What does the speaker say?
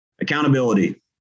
Accountability